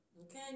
Okay